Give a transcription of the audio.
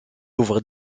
ouvre